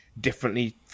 differently